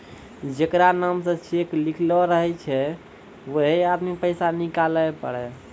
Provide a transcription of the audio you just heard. जेकरा नाम से चेक लिखलो रहै छै वैहै आदमी पैसा निकालै पारै